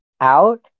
out